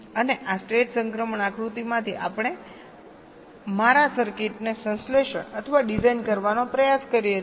અને આ સ્ટેટ સંક્રમણ આકૃતિમાંથી આપણે મારા સર્કિટને સંશ્લેષણ અથવા ડિઝાઇન કરવાનો પ્રયાસ કરીએ છીએ